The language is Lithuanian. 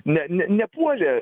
ne ne nepuolė